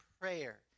prayer